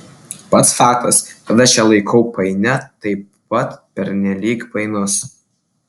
pats faktas kad aš ją laikau painia taip pat pernelyg painus